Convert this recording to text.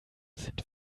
sind